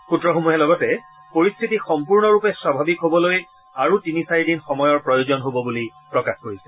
সূত্ৰসমূহে লগতে পৰিশ্বিতি সম্পূৰ্ণৰূপে স্বাভাৱিক হবলৈ আৰু তিনি চাৰিদিন সময়ৰ প্ৰয়োজন হব বুলি প্ৰকাশ কৰিছে